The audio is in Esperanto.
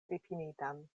difinitan